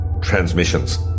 transmissions